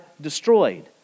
destroyed